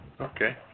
Okay